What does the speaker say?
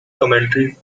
commentary